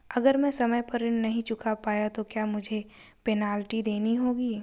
अगर मैं समय पर ऋण नहीं चुका पाया तो क्या मुझे पेनल्टी देनी होगी?